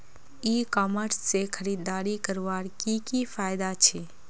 ई commerce से खरीदारी करवार की की फायदा छे?